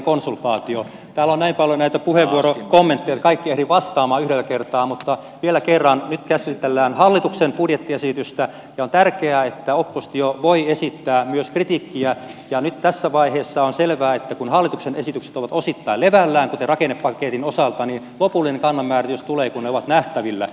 täällä on näin paljon näitä puheenvuorokommentteja että ei kaikkiin ehdi vastaamaan yhdellä kertaa mutta vielä kerran nyt käsitellään hallituksen budjettiesitystä ja on tärkeää että oppositio voi esittää myös kritiikkiä ja nyt tässä vaiheessa on selvää että kun hallituksen esitykset ovat osittain levällään kuten rakennepaketin osalta niin lopullinen kannan määritys tulee kun ne ovat nähtävillä